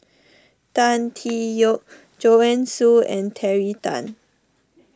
Tan Tee Yoke Joanne Soo and Terry Tan